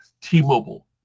T-Mobile